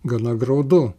gana graudu